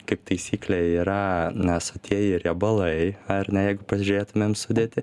kaip taisyklė yra na sotieji riebalai ar ne jeigu pasižiūrėtumėm sudėtį